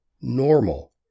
normal